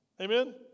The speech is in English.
Amen